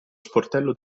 sportello